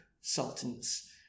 sultans